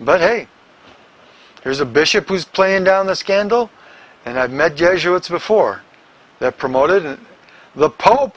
but hey here's a bishop who's playing down the scandal and i've met jesuits before that promoted the pope